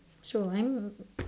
so I'm